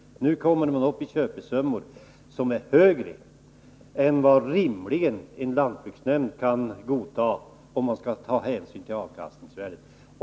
Nu kommer man upp i köpesummor som är högre än vad en lantbruksnämnd rimligen kan godta med hänsyn tagen till avkastningsvärdet.